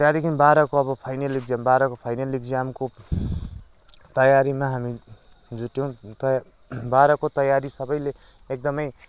त्यहाँदेखि बाह्रको अब फाइनल एक्जाम बाह्रको फाइनल एक्जामको तयारीमा हामी जुट्यौ बाह्रको तयारी सबैले एकदमै